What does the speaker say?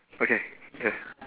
okay K